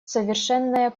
совершенная